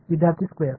विद्यार्थी स्क्वेअर